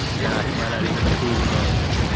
nah, he might not even approve his own self.